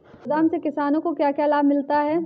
गोदाम से किसानों को क्या क्या लाभ मिलता है?